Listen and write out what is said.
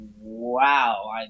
wow